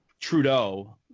Trudeau